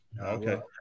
Okay